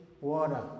water